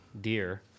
deer